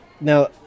now